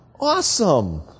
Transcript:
awesome